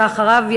ואחריו,